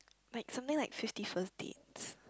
like something like Fifty First Dates